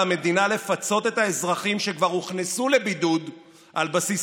על המדינה לפצות את האזרחים שכבר הוכנסו לבידוד על בסיס